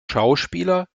schauspieler